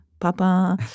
Papa